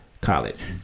college